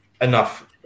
enough